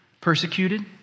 Persecuted